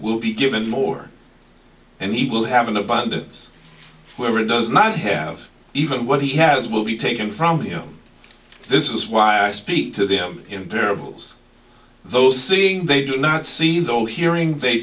will be given more and he will have an abundance where it does not have even what he has will be taken from you know this is why i speak to them in parables those thing they do not see though hearing they